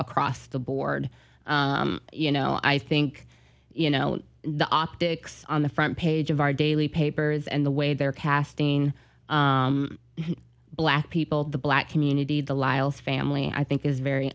across the board you know i think you know the optics on the front page of our daily papers and the way they're casting black people the black community the liles family i think is very